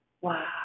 Wow